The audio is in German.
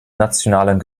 nationalen